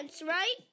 right